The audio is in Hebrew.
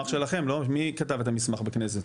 מי כתב את המסמך בכנסת?